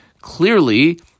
clearly